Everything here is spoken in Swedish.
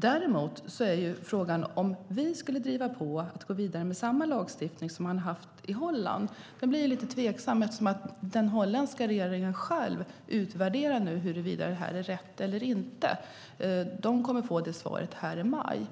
Det blir ju lite tveksamt om vi skulle driva på att man skulle gå vidare med samma lagstiftning som de har haft i Holland, eftersom den holländska regeringen nu själv utvärderar huruvida det här är rätt eller inte. De kommer att få det svaret i maj.